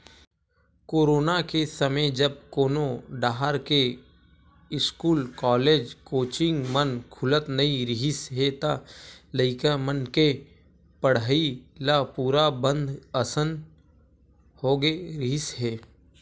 corona के समे जब कोनो डाहर के इस्कूल, कॉलेज, कोचिंग मन खुलत नइ रिहिस हे त लइका मन के पड़हई ल पूरा बंद असन होगे रिहिस हे